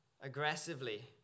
aggressively